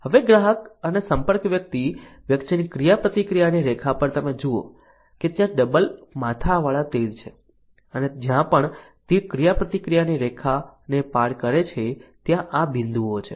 હવે ગ્રાહક અને સંપર્ક વ્યક્તિ વચ્ચેની ક્રિયાપ્રતિક્રિયાની રેખા પર તમે જુઓ છો ત્યાં ડબલ માથાવાળા તીર છે અને જ્યાં પણ તીર ક્રિયાપ્રતિક્રિયાની રેખાને પાર કરે છે ત્યાં આ બિંદુઓ છે